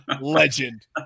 legend